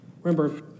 Remember